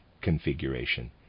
configuration